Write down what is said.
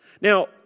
Now